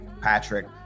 Patrick